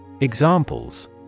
Examples